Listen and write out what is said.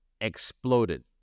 exploded